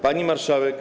Pani Marszałek!